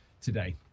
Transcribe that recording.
today